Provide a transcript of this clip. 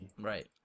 Right